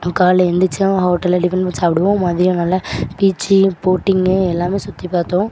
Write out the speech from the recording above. காலைல எந்திரிச்சோடேன ஹோட்டலில் டிஃபன் ஃபஸ்ட் சாப்பிடுவோம் மதியம் நல்லா பீச்சி போட்டிங்கு எல்லாமே சுற்றி பார்த்தோம்